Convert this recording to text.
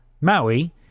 Maui